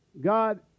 God